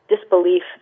disbelief